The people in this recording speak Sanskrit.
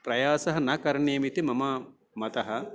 प्रयासः न करणीयः इति मम मतः